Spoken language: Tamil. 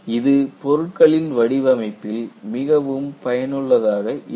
இது பொருட்களில் வடிவமைப்பில் மிகவும் பயனுள்ளதாக இருக்கும்